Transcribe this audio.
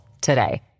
today